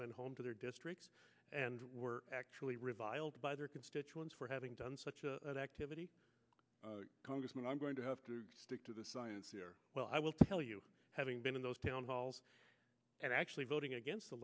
went home to their districts and were actually reviled by their constituents for having done such a good activity congressman i'm going to have to stick to the science well i will tell you having been in those town halls and actually voting against the